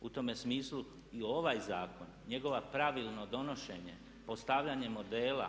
U tome smislu i ovaj zakon, njegovo pravilno donošenje, postavljanje modela